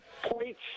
points